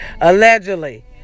Allegedly